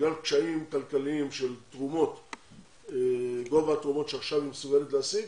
בגלל קשיים כלכליים של גובה התרומות שעכשיו היא מסוגלת להשיג,